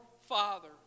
father